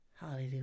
Hallelujah